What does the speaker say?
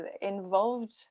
involved